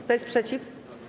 Kto jest przeciw?